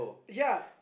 ya